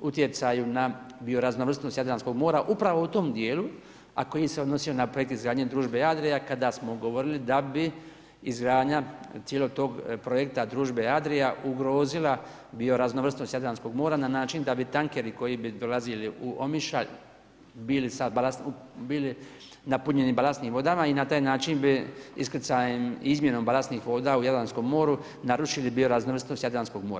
utjecaju na bio raznovrsnost Jadranskog mora upravo u tom dijelu, a koji se odnosio na projekt izgradnje Družbe Adria kada smo govorili da bi izgradnja cijelog tog projekta Družbe Adria ugrozila bio raznovrsnost Jadranskog mora na način da bi tankeri koji bi dolazili u Omišalj bili napunjeni balastnim vodama i na taj način iskrcajem i izmjenom balastnih voda u Jadranskom moru narušili bio raznovrsnost Jadranskog mora.